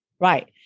Right